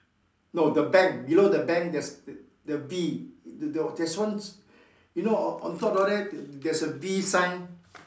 no the bank below the bank there's the B the the there's one you know on on top down there there there's a B sign